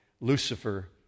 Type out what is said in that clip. Lucifer